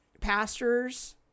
pastors